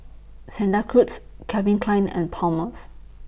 Santa Cruz Calvin Klein and Palmer's